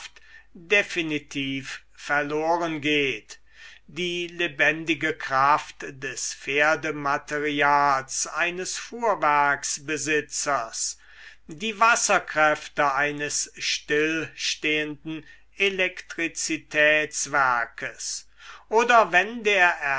definitiv verloren geht die lebendige kraft des pferder materials eines fuhrwerksbesitzers die wasserkräfte eines stillstehenden elektrizitätswerkes oder wenn der